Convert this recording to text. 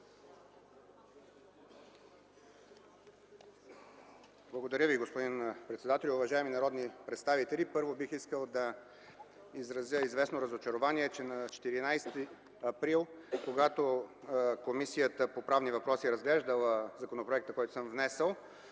Благодаря Ви, господин председателю. Уважаеми народни представители, първо, бих искал да изразя известно разочарование, че на 14 април 2011 г., когато Комисията по правни въпроси е разглеждала законопроекта, който съм внесъл,